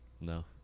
no